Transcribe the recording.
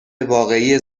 واقعی